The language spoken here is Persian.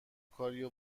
کاریو